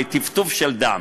לטפטוף של דם,